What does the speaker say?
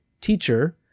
Teacher